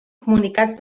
comunicats